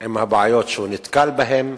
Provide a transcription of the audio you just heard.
עם הבעיות שהוא נתקל בהן,